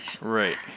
Right